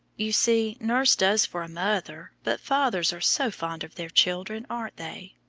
you see, nurse does for a mother, but fathers are so fond of their children, aren't they?